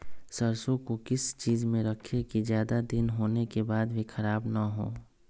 सरसो को किस चीज में रखे की ज्यादा दिन होने के बाद भी ख़राब ना हो?